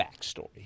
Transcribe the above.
backstory